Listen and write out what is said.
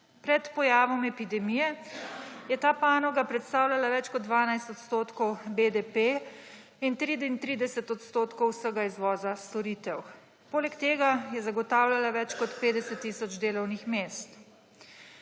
Pred pojavom epidemije je ta panoga predstavljala več kot 12 % BDP in 33 % vsega izvoza storitev. Poleg tega je zagotavljala več kot 50 tisoč delovnih mest.